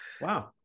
Wow